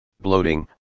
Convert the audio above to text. bloating